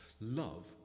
love